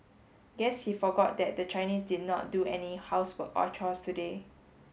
guess he forgot that the Chinese did not do any housework or chores today